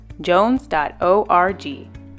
jones.org